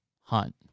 hunt